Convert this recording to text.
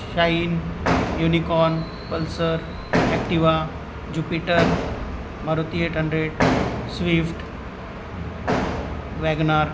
shine Unicorn Pulsar Activa Jupiter Maruti eight hundred Swift WagonR